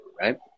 right